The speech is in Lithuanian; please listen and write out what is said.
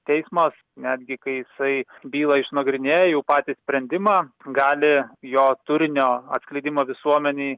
teismas netgi kai jisai bylą išnagrinėja jau patį sprendimą gali jo turinio atskleidimą visuomenei